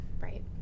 Right